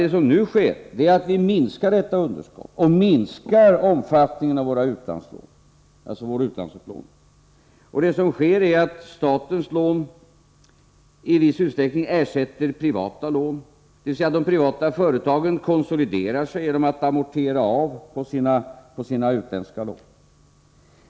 Det som nu sker är att vi minskar detta underskott och minskar omfattningen av vår utlandsupplåning. Det som sker är att statens lån i viss utsträckning ersätter privata lån, dvs. att de privata företagen konsoliderar sig genom att amortera på sina utlandslån.